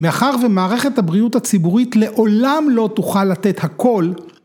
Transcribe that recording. ‫מאחר ומערכת הבריאות הציבורית ‫לעולם לא תוכל לתת הכול.